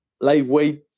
lightweight